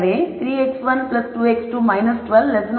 எனவே 3 x1 2 x2 12 0